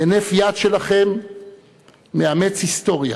הינף יד שלכם מעצב היסטוריה,